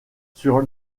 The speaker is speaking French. sur